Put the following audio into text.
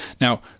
Now